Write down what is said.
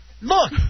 Look